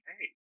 Hey